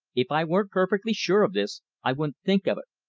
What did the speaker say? if i weren't perfectly sure of this, i wouldn't think of it,